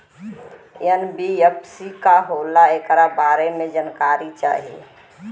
NBFC का होला ऐकरा बारे मे जानकारी चाही?